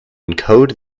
encode